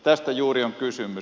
tästä juuri on kysymys